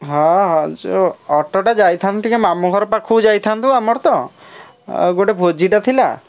ହଁ ହଁ ଯେଉଁ ଅଟୋଟା ଟିକେ ଯାଇଥାନ୍ତୁ ମାମୁଁ ଘର ପାଖକୁ ଯାଇଥାନ୍ତୁ ଆମର ତ ଓ ଗୋଟିଏ ଭୋଜିଟା ଥିଲା